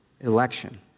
Election